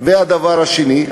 הדבר השני,